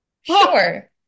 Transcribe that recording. Sure